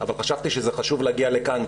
אבל חשבתי שחשוב להגיע לכאן,